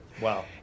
Wow